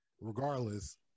regardless